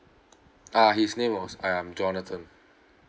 uh his name was um jonathan